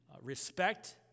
Respect